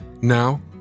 Now